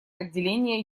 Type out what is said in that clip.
отделения